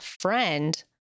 friend